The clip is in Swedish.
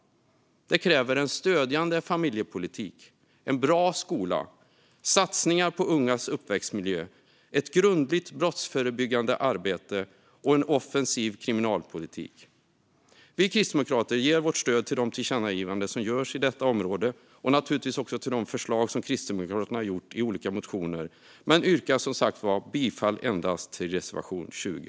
Det kräver en stödjande familjepolitik, en bra skola, satsningar på ungas uppväxtmiljö, ett grundligt brottsförebyggande arbete och en offensiv kriminalpolitik. Vi kristdemokrater ger vårt stöd till de tillkännagivanden som riktas på detta område och naturligtvis också till de förslag som Kristdemokraterna har lagt fram i olika motioner. Men vi yrkar bifall till endast reservation 20.